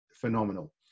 phenomenal